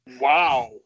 Wow